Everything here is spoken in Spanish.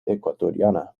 ecuatoriana